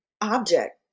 object